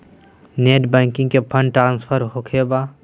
Net banking से fund transfer होखें बा?